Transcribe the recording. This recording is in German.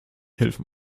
helfen